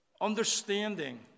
understanding